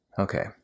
Okay